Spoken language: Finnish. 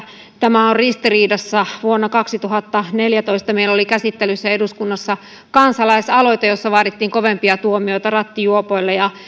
tämä on ristiriidassa vuonna kaksituhattaneljätoista meillä oli käsittelyssä eduskunnassa kansalaisaloite jossa vaadittiin kovempia tuomioita rattijuopoille